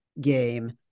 game